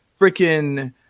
freaking